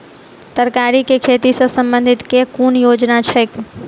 तरकारी केँ खेती सऽ संबंधित केँ कुन योजना छैक?